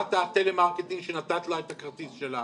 חברת הטלמרקטינג שנתת לה את הכרטיס שלה.